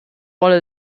rolle